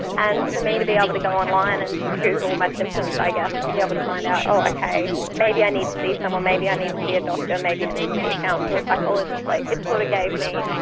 and for me to be able but to go online and google my symptoms i guess and be able to find out, oh okay, maybe i need to see someone, maybe i need to see a doctor, maybe i need to see a counsellor or a psychologist. like it sort of gave me,